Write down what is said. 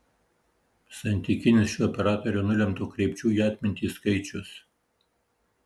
santykinis šių operatorių nulemto kreipčių į atmintį skaičius